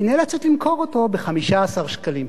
ב-15 שקלים,